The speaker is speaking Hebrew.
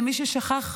למי ששכח,